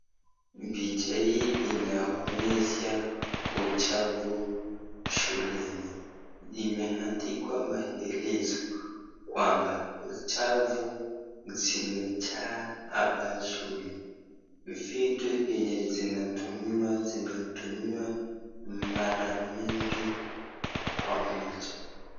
Picha hii inaonyesha uchafu shuleni imeandikwa maelezo kwamba uchafu zimejaa hapa shule, vitu zenye zinatumiwa, zinatumiwa mara mingi kwa moja.